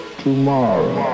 tomorrow